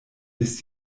bis